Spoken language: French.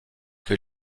que